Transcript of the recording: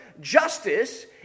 justice